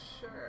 Sure